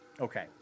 Okay